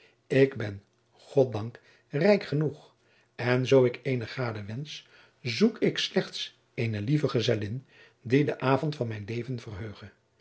ik ben goddank rijk genoeg en zoo ik eene gade wensch zoek ik slechts eene lieve gezellin die den avond van mijn leven verheuge